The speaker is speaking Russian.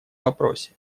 вопросе